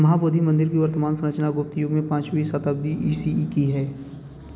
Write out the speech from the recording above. महाबोधि मंदिर की वर्तमान संरचना गुप्त युग में पाँचवीं वीं शताब्दी ई सी ई की है